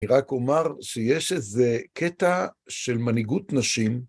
אני רק אומר שיש איזה קטע של מנהיגות נשים,